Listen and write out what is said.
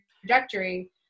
trajectory